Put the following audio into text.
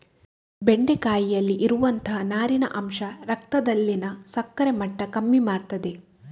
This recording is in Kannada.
ಬೆಂಡೆಕಾಯಿಯಲ್ಲಿ ಇರುವಂತಹ ನಾರಿನ ಅಂಶ ರಕ್ತದಲ್ಲಿನ ಸಕ್ಕರೆ ಮಟ್ಟ ಕಮ್ಮಿ ಮಾಡ್ತದೆ